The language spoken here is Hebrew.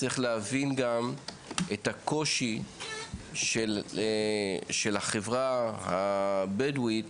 צריך להבין גם את הקושי של החברה הבדואית